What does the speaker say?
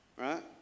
right